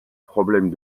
problèmes